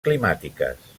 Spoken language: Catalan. climàtiques